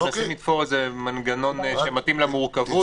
איזה מנגנון שמתאים למורכבות,